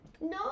No